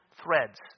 threads